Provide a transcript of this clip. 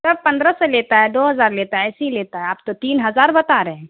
سب پندرہ سو لیتا ہے دو ہزار لیتا ہے ایسی ہی لیتا ہے آپ تو تین ہزار بتا رہے ہیں